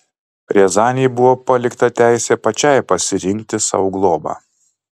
riazanei buvo palikta teisė pačiai pasirinkti sau globą